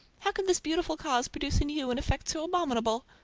how could this beautiful cause produce in you an effect so abominable?